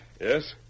Yes